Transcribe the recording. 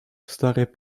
stary